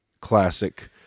classic